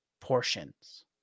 portions